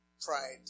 pride